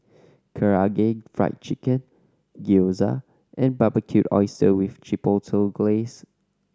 Karaage Fried Chicken Gyoza and Barbecued Oysters with Chipotle Glaze